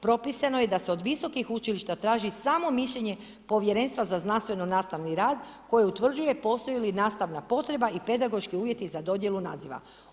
Propisano je da se od visokih učilišta traži samo mišljenje Povjerenstva za znanstveno nastavni rad koji utvrđuje postoji li nastavna potreba i pedagoški uvjeti za dodjelu naziva.